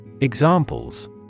Examples